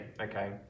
okay